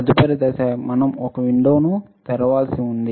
తదుపరి దశ మనం ఒక విండోను తెరవవలసి ఉంది